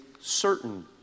certain